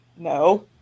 No